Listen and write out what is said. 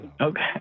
Okay